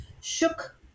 shook